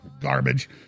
garbage